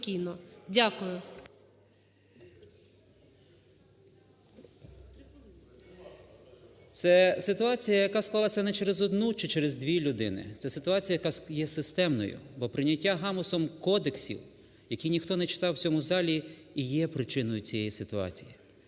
О.Р. Це ситуація, яка склалася не через одну чи через дві людини, це ситуація, яка є системною, бо прийняття гамузом кодексів, які ніхто не читав у цьому залі, і є причиною цієї ситуації.